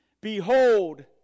Behold